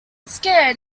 scared